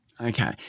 Okay